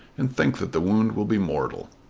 and think that the wound will be mortal.